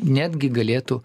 netgi galėtų